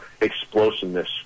explosiveness